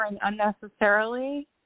unnecessarily